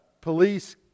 police